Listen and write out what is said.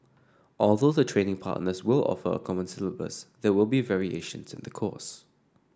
although the training partners will offer a common syllabus there will be variations in the course